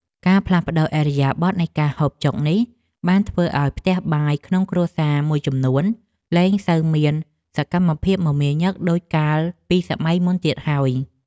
ការផ្លាស់ប្តូរឥរិយាបថនៃការហូបចុកនេះបានធ្វើឲ្យផ្ទះបាយក្នុងគ្រួសារមួយចំនួនលែងសូវមានសកម្មភាពមមាញឹកដូចកាល ពីសម័យមុនទៀតហើយ។